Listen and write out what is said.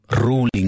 ruling